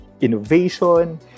innovation